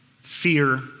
fear